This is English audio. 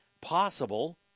possible